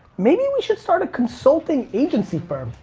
maybe we should start a consulting agency firm.